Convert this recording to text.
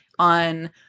on